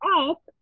up